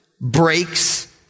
breaks